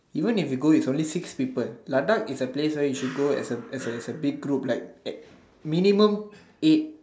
even if we go it's only six people Ladakh is a place where you should go as a as a as a big group like ei~ minimum eight